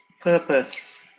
Purpose